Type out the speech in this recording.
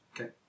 Okay